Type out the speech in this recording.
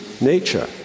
nature